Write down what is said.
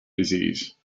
disease